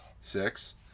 Six